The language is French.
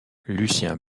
lucien